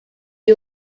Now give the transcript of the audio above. you